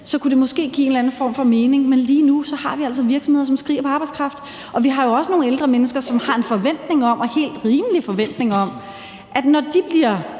så kunne det måske give en eller anden form for mening, men lige nu har vi altså virksomheder, som skriger på arbejdskraft. Vi har jo også nogle ældre mennesker, som har en forventning om – en helt rimelig forventning – at når de bliver